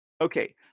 Okay